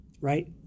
right